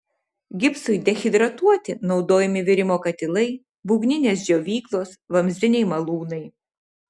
gipsui dehidratuoti naudojami virimo katilai būgninės džiovyklos vamzdiniai malūnai